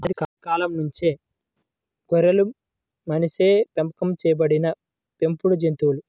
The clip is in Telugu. ఆది కాలం నుంచే గొర్రెలు మనిషిచే పెంపకం చేయబడిన పెంపుడు జంతువులు